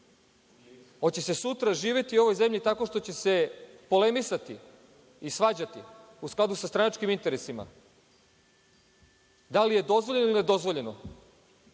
Hoće li se sutra živeti u ovoj zemlji tako što će se polemisati i svađati u skladu sa stranačkim interesima da li je dozvoljeno ili je nedozvoljeno